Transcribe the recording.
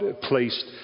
placed